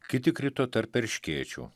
kiti krito tarp erškėčių